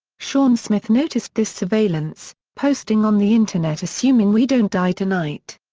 sean smith noticed this surveillance, posting on the internet assuming we don't die tonight.